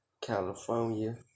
California